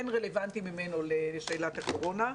אין רלוונטי ממנו לשאלת הקורונה.